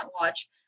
watch